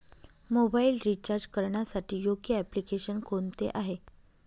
Mobile recharge करण्यासाठी योग्य application कोणते आहे?